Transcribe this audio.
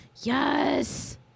Yes